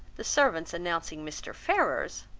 the servant's announcing mr. ferrars,